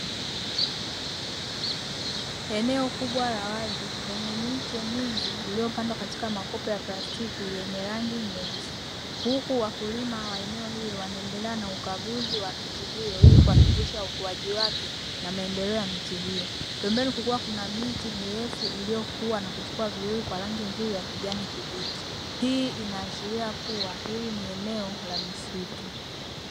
Eneo kubwa la wazi lenye miche mingi iliyopandwa katika makopo ya plastiki yenye rangi nyeusi, huku wakulima wa eneo hili wanaendelea na ukaguzi wa miti hiyo ili kuhakikisha ukuaji wake na maendeleo ya miti hiyo, pembeni kukiwa kuna miti mirefu iliyokua na kuchipua vizuri kwa rangi nzuri ya kijani kibichi. Hii inaashiria kuwa hili ni eneo la misitu.